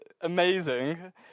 amazing